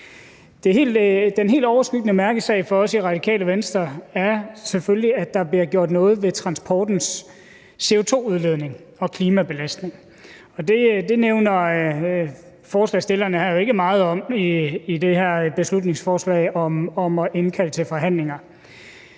Den helt overskyggende mærkesag for os i Radikale Venstre er selvfølgelig, at der bliver gjort noget ved transportens CO2-udledning og klimabelastning. Det nævner forslagsstillerne jo ikke meget om i det her beslutningsforslag om at indkalde til forhandlinger.